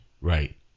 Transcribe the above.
Right